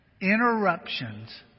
Interruptions